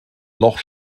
loch